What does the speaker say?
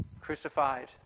crucified